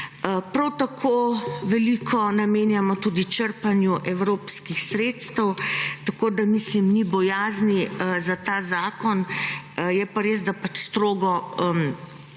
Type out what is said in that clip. Prav tako veliko namenjamo tudi črpanju evropskih sredstev, tako da mislim, ni bojazni za ta zakon. Je pa res, da pač strogo